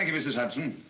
ah mrs. hudson.